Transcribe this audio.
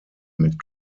mit